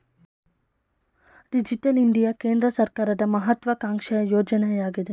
digital India ಕೇಂದ್ರ ಸರ್ಕಾರದ ಮಹತ್ವಾಕಾಂಕ್ಷೆಯ ಯೋಜನೆಯಗಿದೆ